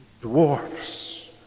dwarfs